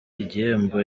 igihembo